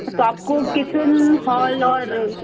तो आपको kitchen hall और